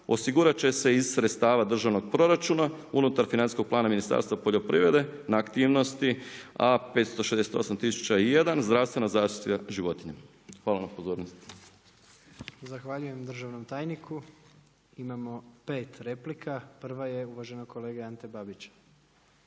osigurat će se iz sredstava državnog proračuna unutar financijskog plana Ministarstva poljoprivrede na aktivnosti A5681 zdravstvena zaštita životinja. Hvala na pozornosti. **Jandroković, Gordan (HDZ)** Zahvaljujem državnom tajniku. Imamo pet replika. Prva je uvaženog kolege Ante Babića.